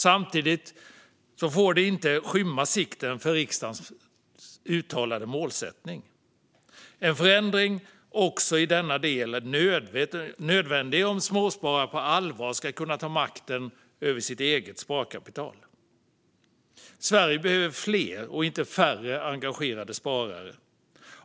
Samtidigt får det inte skymma sikten för riksdagens uttalade målsättning. En förändring också i denna del är nödvändig om småsparare på allvar ska kunna ta makten över sitt eget sparkapital. Sverige behöver fler och inte färre engagerade sparare.